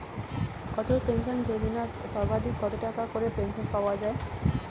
অটল pension Yojana সর্বাধিক কত টাকা করে পেনশন পাওয়া যায়?